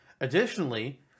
Additionally